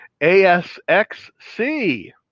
ASXC